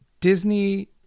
Disney